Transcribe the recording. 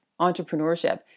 entrepreneurship